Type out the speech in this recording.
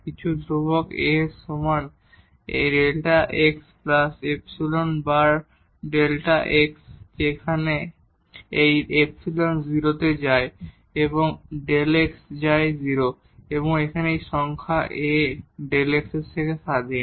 কিছু ধ্রুবক A এর সমান Δ x প্লাস ইপসিলন বার Δ x যেখানে এই ইপসিলন 0 হয় যেমন Δ x হয় 0 এবং এখানে এই সংখ্যা A Δ x এর থেকে স্বাধীন